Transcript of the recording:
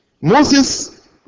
Moses